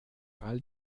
all